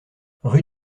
rue